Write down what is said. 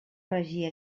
regir